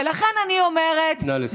ולכן אני אומרת, נא לסיים.